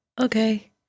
Okay